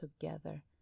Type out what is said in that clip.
together